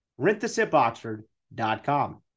rentthesipoxford.com